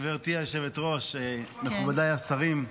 גברתי היושבת-ראש, מכובדיי השרים,